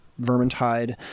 Vermintide